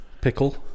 Pickle